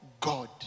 God